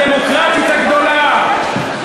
הדמוקרטית הגדולה.